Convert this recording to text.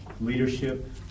leadership